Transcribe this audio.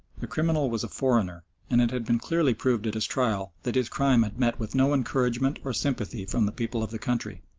the criminal was a foreigner and it had been clearly proved at his trial that his crime had met with no encouragement or sympathy from the people of the country.